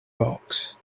box